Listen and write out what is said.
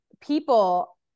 people